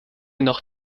noch